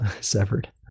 severed